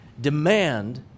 demand